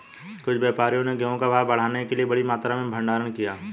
कुछ व्यापारियों ने गेहूं का भाव बढ़ाने के लिए बड़ी मात्रा में भंडारण किया